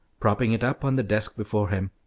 propping it up on the desk before him.